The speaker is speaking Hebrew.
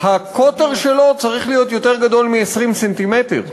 הקוטר שלו צריך להיות גדול מ-20 סנטימטר.